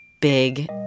big